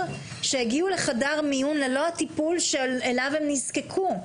שהגיעו לחדר מיון ללא הטיפול שאליו הם נזקקו,